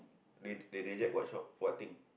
rej~ they reject what shop what thing